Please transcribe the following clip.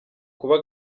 kuba